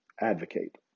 advocate